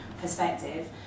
perspective